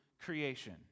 creation